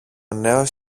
νέος